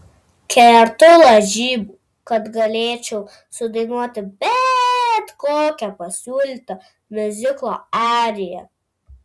kertu lažybų kad galėčiau sudainuoti bet kokią pasiūlytą miuziklo ariją